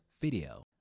video